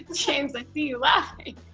james, i see you laughing.